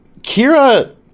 Kira